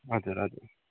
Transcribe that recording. हजुर हजुर